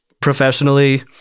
professionally